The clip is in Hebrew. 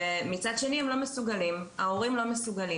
ומצד שני הם לא מסוגלים, ההורים לא מסוגלים.